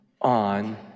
on